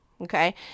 Okay